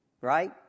right